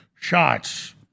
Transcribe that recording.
shots